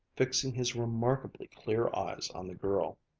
fixing his remarkably clear eyes on the girl.